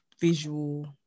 visual